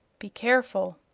be careful.